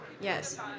Yes